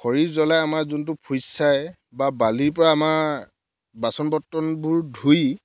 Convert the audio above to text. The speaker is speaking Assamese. খৰি জ্বলে আমাৰ যোনটো ফুট ছাই বা বালিৰ পৰা আমাৰ বাচন বৰ্তনবোৰ ধুই